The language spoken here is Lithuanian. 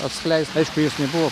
atskleist aišku jis buvo